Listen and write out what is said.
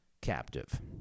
captive